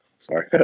sorry